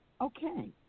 Okay